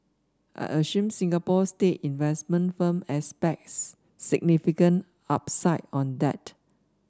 I assume Singapore's state investment firm expects significant upside on that